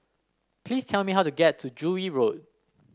please tell me how to get to Joo Yee Road